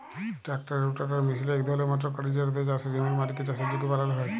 ট্রাক্টারের রোটাটার মিশিল ইক ধরলের মটর গাড়ি যেটতে চাষের জমির মাটিকে চাষের যগ্য বালাল হ্যয়